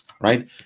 right